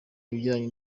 ibijyanye